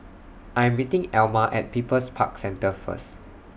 I Am meeting Elma At People's Park Centre First